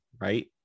right